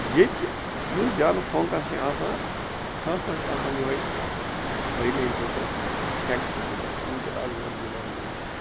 ییٚتہِ یُس زیادٕ فوکَس چھُ آسان سُہ ہسا چھُ آسان یوٚہَے رِلیٚٹِڈ ٹُو ٹیٚکٕسٹہٕ بُکَن یِم کِتاب یِمن یِمن یِوان دِنہٕ چھِ